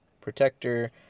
protector